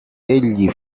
egli